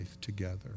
together